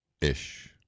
Ish